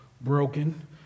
broken